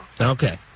Okay